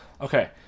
okay